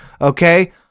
okay